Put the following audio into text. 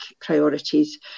priorities